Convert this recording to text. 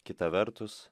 kita vertus